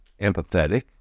empathetic